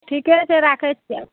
ठिकेके छै राखै छिए